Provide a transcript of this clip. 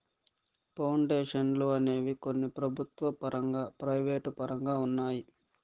పౌండేషన్లు అనేవి కొన్ని ప్రభుత్వ పరంగా ప్రైవేటు పరంగా ఉన్నాయి